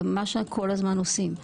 וזה מה שכל הזמן עושים.